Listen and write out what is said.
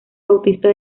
bautista